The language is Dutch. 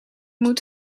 moet